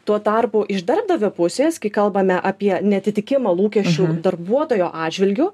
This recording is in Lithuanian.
tuo tarpu iš darbdavio pusės kai kalbame apie neatitikimą lūkesčių darbuotojo atžvilgiu